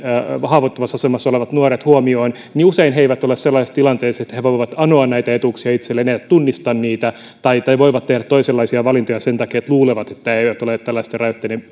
haavoittuvassa asemassa olevat nuoret huomioon usein he eivät ole sellaisessa tilanteessa että he voivat anoa näitä etuuksia itselleen he eivät tunnista niitä tai tai voivat tehdä toisenlaisia valintoja sen takia että luulevat että eivät ole tällaisten